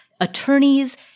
attorneys